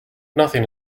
nothing